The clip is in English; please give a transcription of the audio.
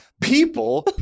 People